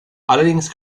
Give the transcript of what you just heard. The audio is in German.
allerdings